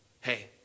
hey